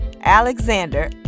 Alexander